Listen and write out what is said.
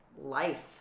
life